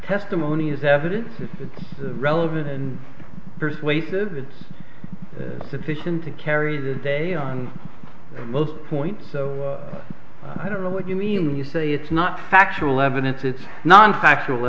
testimony as evidence this is a relevant and persuasive it's sufficient to carry the day on most points so i don't know what you mean when you say it's not factual evidence it's non factual